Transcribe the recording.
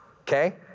okay